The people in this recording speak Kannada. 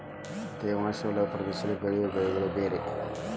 ತೇವಾಂಶ ವಿಲ್ಲದ ಪ್ರದೇಶದಲ್ಲಿ ಬೆಳೆಯುವ ಬೆಳೆಗಳೆ ಬೇರೆ